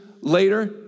later